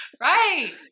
Right